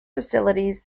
facilities